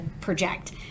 project